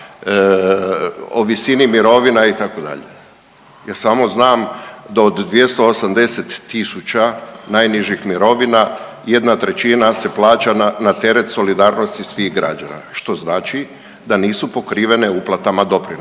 o visini mirovina itd. Ja samo znam da od 280 tisuća najnižih mirovina 1/3 se plaća na teret solidarnosti svih građana što znači da nisu pokrivene uplatama doprinosa.